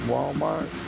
Walmart